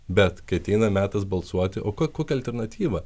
bet kai ateina metas balsuoti o kokia alternatyva